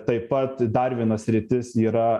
taip pat dar viena sritis yra